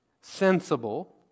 sensible